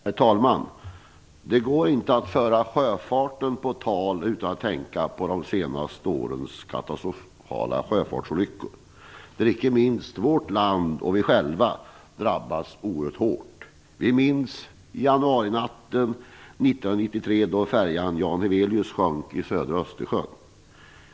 Herr talman! Det går inte att föra sjöfarten på tal utan att tänka på de senaste årens katastrofala sjöfartsolyckor. Icke minst vårt land och vi själva har drabbats oerhört hårt. Vi minns januarinatten 1993 då färjan Jan Heweliusz sjönk i södra Östersjön.